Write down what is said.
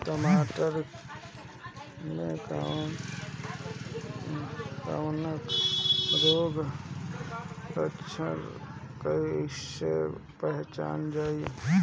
टमाटर मे कवक रोग के लक्षण कइसे पहचानल जाला?